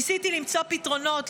ניסיתי למצוא פתרונות,